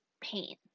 pain